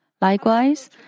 Likewise